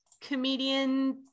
comedian